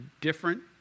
different